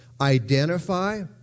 identify